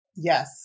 Yes